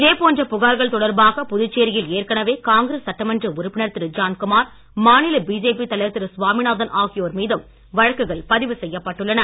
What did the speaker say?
இதே போன்ற புகார்கள் தொடர்பாக புதுச்சேரியில் ஏற்கனவே காங்கிரஸ் சட்டமன்ற உறுப்பினர் திரு ஜான்குமார் மாநில பிஜேபி தலைவர் திரு சுவாமிநாதன் ஆகியோர் மீதும் வழக்குகள் பதிவு செய்யப்பட்டுள்ளன